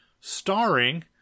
starring